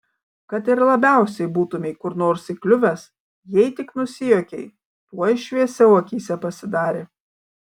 kad ir labiausiai būtumei kur nors įkliuvęs jei tik nusijuokei tuoj šviesiau akyse pasidarė